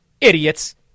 Idiots